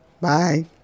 Bye